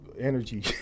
energy